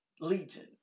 legion